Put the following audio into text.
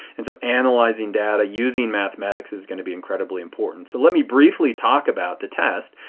and so analyzing data. using mathematics is going to be incredibly important. so let me briefly talk about the test.